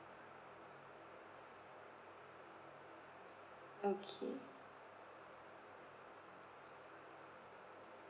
okay